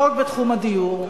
לא רק בתחום הדיור.